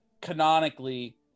canonically